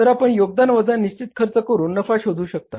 तर आपण योगदान वजा निश्चित खर्च करून नफा शोधू शकता